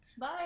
Bye